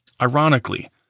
Ironically